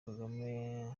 kagame